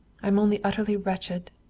i'm only utterly wretched.